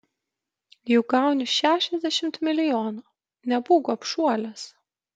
juk gauni šešiasdešimt milijonų nebūk gobšuolis